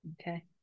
Okay